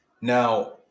Now